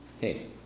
hey